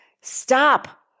stop